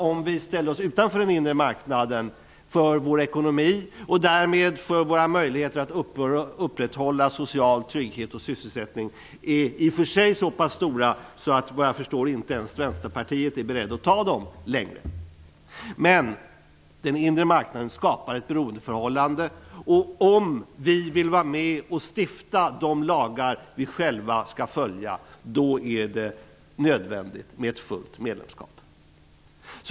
Om vi ställer oss utanför den inre marknaden blir konsekvenserna för vår ekonomi och därmed för våra möjligheter att upprätthålla social trygghet och sysselsättning i och för sig så pass stora att vad jag förstår inte ens Vänsterpartiet är berett att ta dem längre. Den inre marknaden skapar alltså ett beroendeförhållande. Om vi vill vara med och stifta de lagar vi själva måste följa, då är det nödvändigt med ett fullt medlemskap.